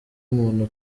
muntu